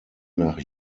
nach